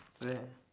where